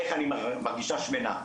איך אני מרגישה שמנה,